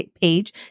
page